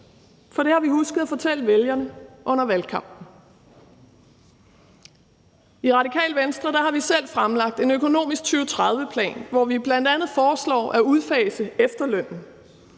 for det har vi husket at fortælle vælgerne under valgkampen. I Radikale Venstre har vi selv fremlagt en økonomisk 2030-plan, hvor vi bl.a. foreslår at udfase efterlønnen.